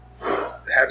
happy